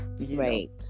right